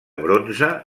bronze